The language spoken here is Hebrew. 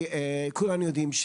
מדדנו בפארק הירקון.